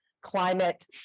climate